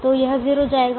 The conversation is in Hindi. तो यह 0 जाएगा